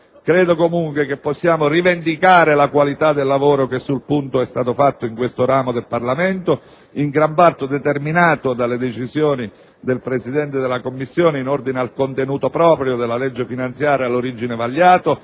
Credo, comunque, che possiamo rivendicare la qualità del lavoro che sul punto è stato fatto in questo ramo del Parlamento, in gran parte determinato dalle decisioni del Presidente della Commissione in ordine al contenuto proprio della legge finanziaria all'origine vagliato,